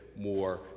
more